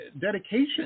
dedication